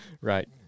right